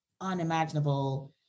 unimaginable